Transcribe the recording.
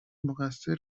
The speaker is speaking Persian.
مقصر